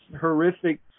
horrific